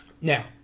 now